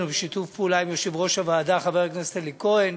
ובשיתוף פעולה עם יושב-ראש הוועדה חבר הכנסת אלי כהן